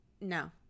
No